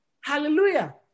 Hallelujah